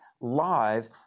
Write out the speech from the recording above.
live